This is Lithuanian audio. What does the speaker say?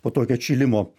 po tokio atšilimo